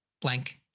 blank